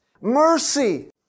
mercy